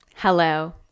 Hello